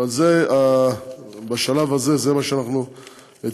אבל בשלב הזה, זה מה שאנחנו הצענו,